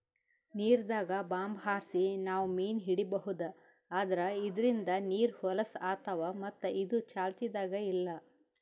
ನೀರ್ದಾಗ್ bomb ಹಾರ್ಸಿ ನಾವ್ ಮೀನ್ ಹಿಡೀಬಹುದ್ ಆದ್ರ ಇದ್ರಿಂದ್ ನೀರ್ ಹೊಲಸ್ ಆತವ್ ಮತ್ತ್ ಇದು ಚಾಲ್ತಿದಾಗ್ ಇಲ್ಲಾ